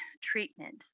treatment